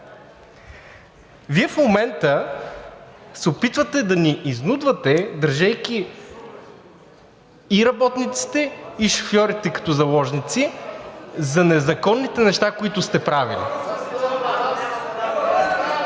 Вие в момента се опитвате да ни изнудвате, държейки и работниците, и шофьорите като заложници за незаконните неща, които сте правили.